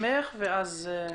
בבקשה.